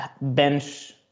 bench